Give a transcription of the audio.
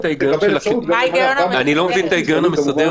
לקבל אפשרות גם --- אני לא מבין את ההיגיון המסדר.